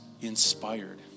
inspired